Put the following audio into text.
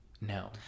No